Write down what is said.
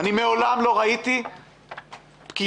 מעולם לא ראיתי פקידוּת,